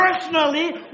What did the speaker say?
personally